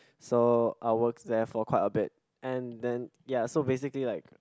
so I works there for quite a bit and then ya so basically like